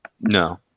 No